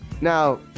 now